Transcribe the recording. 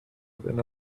within